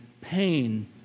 pain